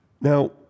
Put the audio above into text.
Now